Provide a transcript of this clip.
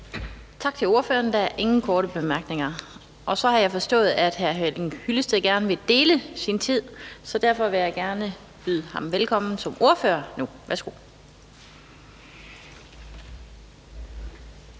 Tak til ordføreren. Der er ingen korte bemærkninger. Så har jeg forstået, at hr. Henning Hyllested gerne vil dele sin tid, så derfor vil jeg gerne byde ham velkommen som ordfører nu. Værsgo.